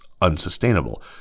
unsustainable